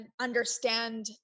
understand